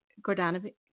Gordana